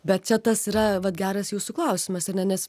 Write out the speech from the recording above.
bet čia tas yra vat geras jūsų klausimas ar ne nes